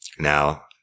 Now